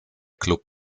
klub